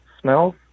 smells